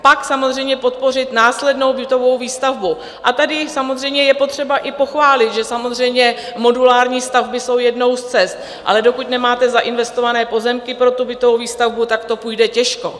Pak samozřejmě podpořit následnou bytovou výstavbu a tady samozřejmě je potřeba i pochválit, že modulární stavby jsou jednou z cest, ale dokud nemáte zainvestované pozemky pro bytovou výstavbu, tak to půjde těžko.